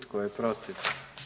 Tko je protiv?